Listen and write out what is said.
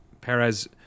perez